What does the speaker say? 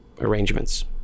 arrangements